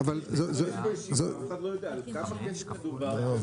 אף אחד לא יודע על כמה כסף מדובר.